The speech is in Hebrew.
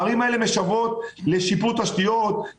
הערים האלה משוועת לשיפור תשתיות,